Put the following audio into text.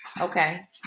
Okay